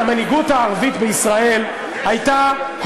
המנהיגות הערבית בישראל הייתה,